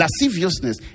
Lasciviousness